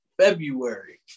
February